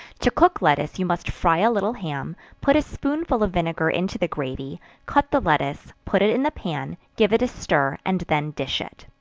to cook lettuce you must fry a little ham put a spoonful of vinegar into the gravy cut the lettuce, put it in the pan give it a stir, and then dish it.